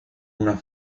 una